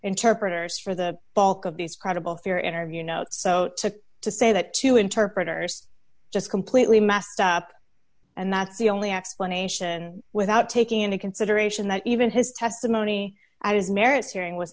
interpreters for the bulk of these credible fear interview notes so to say that two interpreters just completely messed up and that's the only explanation without taking into consideration that even his testimony at his merits hearing w